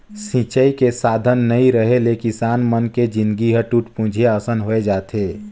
सिंचई के साधन नइ रेहे ले किसान मन के जिनगी ह टूटपुंजिहा असन होए जाथे